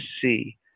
see